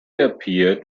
appeared